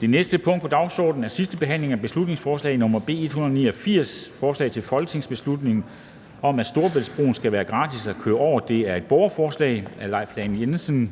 Det næste punkt på dagsordenen er: 27) 2. (sidste) behandling af beslutningsforslag nr. B 189: Forslag til folketingsbeslutning om, at Storebæltsbroen skal være gratis at køre over (borgerforslag). Af Leif Lahn Jensen